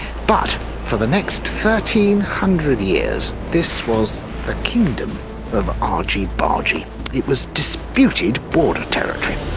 but for the next thirteen hundred years this was the kingdom of argy-bargy. it was disputed border territory.